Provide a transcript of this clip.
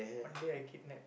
one day I kidnap